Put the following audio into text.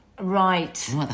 Right